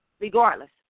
regardless